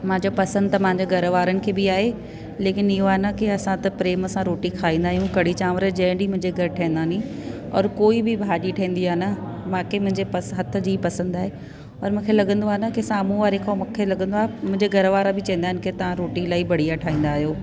मां चओ पसंद त मुंहिंजे घरवारनि खे बि आहे लेकिन इहो आहे न की असां त प्रेम सां रोटी खाईंदा आहियूं कड़ी चांवर जंहिं ॾींहुं मुंहिंजे घरु ठहंदा नी ओर कोई बि भाॼी ठहिंदी आहे न मूंखे मुंहिंजे पस हथ जी पसंदि आहे ओर मूंखे लॻंदो आहे न की साम्हूं वारे खे खां मूंखे लॻंदो आ मुंजे घरवारा चवंदा आहिनि की तव्हां रोटी इलाही बढ़िया ठाहींदा आहियो